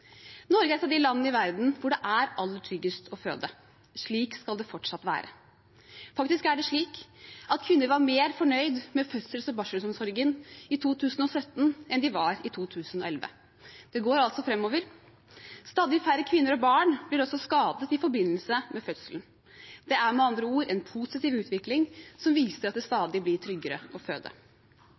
Norge er et av de landene i verden hvor det er aller tryggest å føde. Slik skal det fortsatt være. Faktisk er det slik at kvinner var mer fornøyd med fødsels- og barselomsorgen i 2017 enn de var i 2011. Det går altså framover. Og stadig færre kvinner og barn blir skadet i forbindelse med fødselen. Det er med andre ord en positiv utvikling som viser at det stadig blir tryggere å føde.